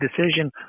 decision